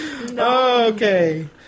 Okay